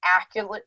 accurate